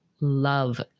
love